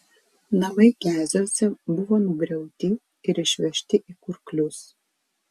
namai keziuose buvo nugriauti ir išvežti į kurklius